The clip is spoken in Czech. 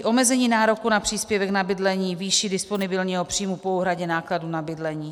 Omezení nároku na příspěvek na bydlení výší disponibilního příjmu po úhradě nákladů na bydlení.